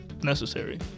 necessary